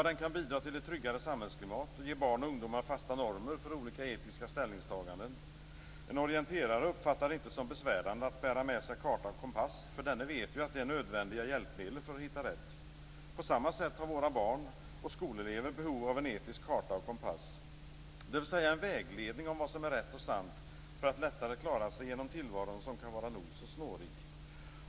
Den kan bidra till ett tryggare samhällsklimat och ge barn och ungdomar fasta normer för olika etiska ställningstaganden. En orienterare uppfattar det inte som besvärande att bära med sig karta och kompass, eftersom denne vet att de är nödvändiga hjälpmedel för att hitta rätt. På samma sätt har våra barn och skolelever behov av en etisk karta och kompass, dvs. en vägledning om vad som är rätt och sant för att lättare klara sig genom tillvaron, som kan vara nog så snårig.